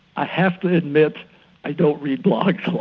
i have to admit i don't read blogs